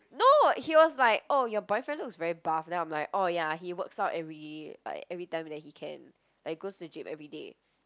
no he was like oh your boyfriend looks very buff then I'm like oh ya he works out every like every time that he can like he goes to the gym every day